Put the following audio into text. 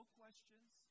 questions